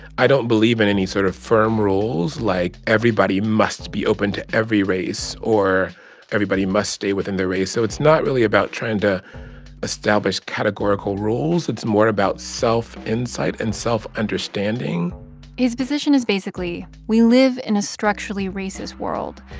i don't believe in any sort of firm rules, like everybody must be open to every race or everybody must stay within their race. so it's not really about trying to establish establish categorical rules. it's more about self-insight and self-understanding his position is, basically, we live in a structurally racist world,